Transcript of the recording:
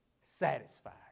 satisfied